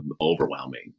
overwhelming